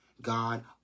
God